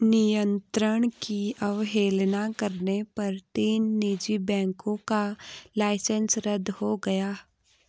नियंत्रण की अवहेलना करने पर तीन निजी बैंकों का लाइसेंस रद्द हो गया